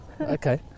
Okay